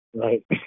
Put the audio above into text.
right